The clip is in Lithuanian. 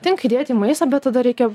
tinka dėti maistą bet tada reikia